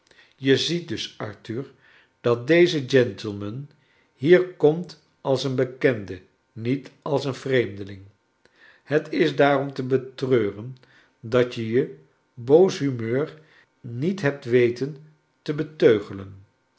je ziet dus arthur dat deze gentleman hier komt als een bekende niet als een vreemdeling het is daarom te betreuren dat je je boos humeur niet hebt weten te